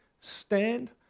stand